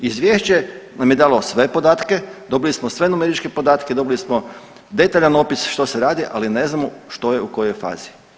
Izvješće nam je dalo sve podatke, dobili smo sve numeričke podatke, dobili smo detaljan opis što se radi ali ne znamo što je u kojoj fazi.